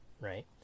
Right